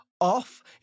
off